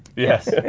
yes.